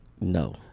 No